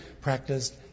practiced